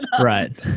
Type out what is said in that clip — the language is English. Right